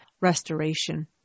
restoration